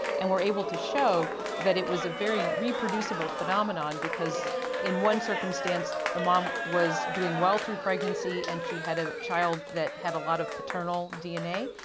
and were able to show that it was a very reproducible phenomenon because in one circumstance the mom was doing well through pregnancy, and she had a child that had a lot of paternal dna,